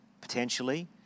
potentially